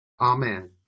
Amen